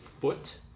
foot